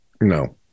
no